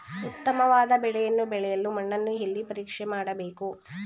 ಉತ್ತಮವಾದ ಬೆಳೆಯನ್ನು ಬೆಳೆಯಲು ಮಣ್ಣನ್ನು ಎಲ್ಲಿ ಪರೀಕ್ಷೆ ಮಾಡಬೇಕು?